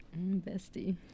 bestie